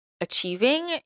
achieving